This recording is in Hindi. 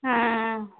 हाँ